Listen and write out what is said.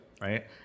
right